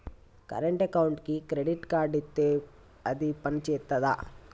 Current అకౌంట్కి credit card ఇత్తే అది పని చేత్తదా?